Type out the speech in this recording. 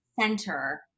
center